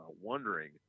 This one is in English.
wondering